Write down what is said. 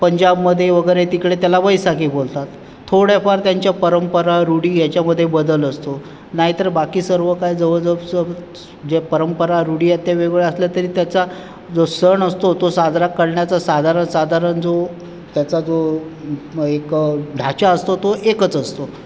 पंजाबमधे वगैरे तिकडे त्याला बैसाखी बोलतात थोड्याफार त्यांच्या परंपरा रुढी ह्याच्यामध्ये बदल असतो नाहीतर बाकी सर्व काय जवळ जवळ जे परंपरा रुढी आहेत त्या वेगवेगळ्या असल्या तरी त्याचा जो सण असतो तो साजरा करण्याचा साधारण साधारण जो त्याचा जो एक ढाचा असतो तो एकच असतो